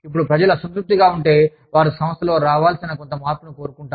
ఇప్పుడు ప్రజలు అసంతృప్తిగా ఉంటే వారు సంస్థలో రావాల్సిన కొంత మార్పును కోరుకుంటారు